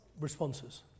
responses